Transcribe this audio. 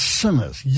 sinners